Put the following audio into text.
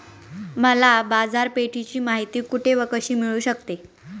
मला बाजारपेठेची माहिती कुठे व कशी मिळू शकते?